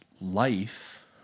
life